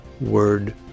Word